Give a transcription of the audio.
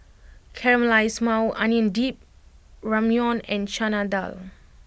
Caramelized Maui Onion Dip Ramyeon and Chana Dal